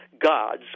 gods